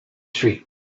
street